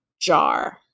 jar